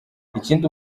ikindi